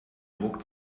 druck